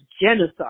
genocide